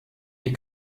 die